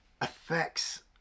affects